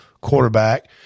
quarterback